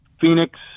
phoenix